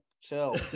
Chill